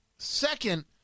Second